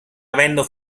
avendo